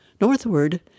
Northward